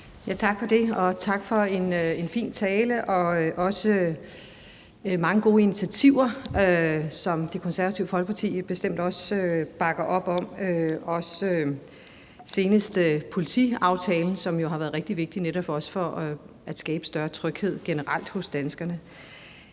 Tak for det, og tak for en fin tale og også mange gode initiativer, som Det Konservative Folkeparti jo bestemt også bakker op om, senest politiaftalen, som jo har været rigtig vigtig for netop at skabe større tryghed generelt hos danskerne.